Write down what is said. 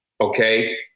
okay